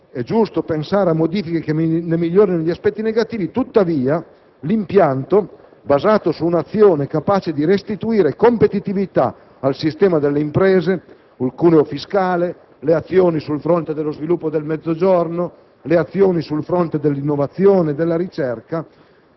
è giusto pensare a modifiche che ne migliorino gli aspetti negativi; tuttavia, l'impianto, basato su un'azione capace di restituire competitività al sistema delle imprese (la riduzione del cuneo fiscale, le azioni sul fronte dello sviluppo del Mezzogiorno, le azioni sul fronte dell'innovazione e della ricerca),